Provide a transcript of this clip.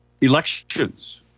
elections